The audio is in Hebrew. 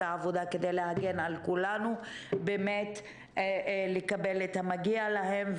העבודה כדי להגן על כולנו לקבל את המגיע להם,